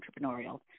entrepreneurial